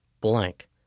blank